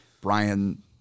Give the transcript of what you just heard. Brian